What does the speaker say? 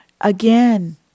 Again